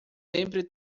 sempre